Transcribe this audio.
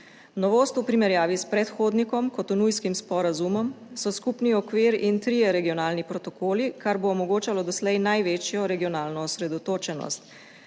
Novost v primerjavi s predhodnikom, Cotonoujskim sporazumom, so skupni okvir in trije regionalni protokoli, kar bo omogočalo doslej največjo regionalno osredotočenost.